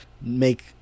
make